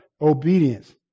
obedience